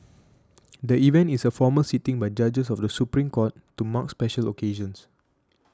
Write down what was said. the event is a formal sitting by judges of the Supreme Court to mark special occasions